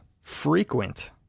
frequent